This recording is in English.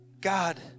God